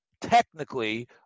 technically